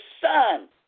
Son